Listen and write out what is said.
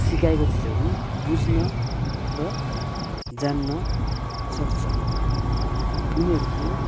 सिकाएको चिजहरू बुझ्न र जान्न सक्छ उनीहरूको